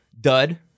dud